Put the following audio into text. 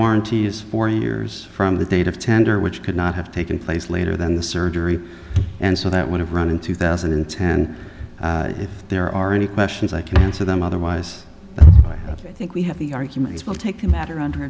warranty is four years from the date of tender which could not have taken place later than the surgery and so that would have run in two thousand and ten if there are any questions i can answer them on the whys of it i think we have the arguments will take the matter under